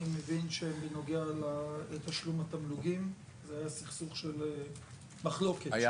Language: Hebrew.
אני מבין שבנוגע לתשלום התמלוגים זה היה סכסוך של מחלוקת של שנים.